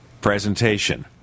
presentation